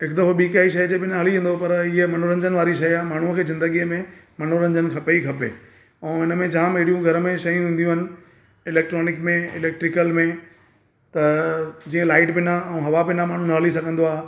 हिक दफ़ो ॿी काई शइ जे बिना हली वेंदो पर हीअ मनोरंजन वारी शइ आहे माण्हअ खे जिंदगीअ में मनोरंजनु खपे ई खपे ऐं इन्हीअ में जाम आहिड़ियूं घर में शयूं इंदियूं आहिनि इलेक्टॉनिक्स में इलेक्ट्रिकल में त जींअ लाइट बिना ऐं हवा बिना माण्हू न हली सघंदो आहे